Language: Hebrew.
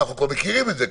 אנחנו כבר מכירים את זה.